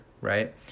right